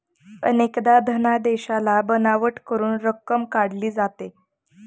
अनेकदा धनादेशाला बनावट करून रक्कम काढली जाते